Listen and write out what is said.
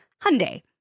Hyundai